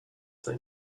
thing